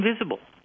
invisible